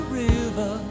river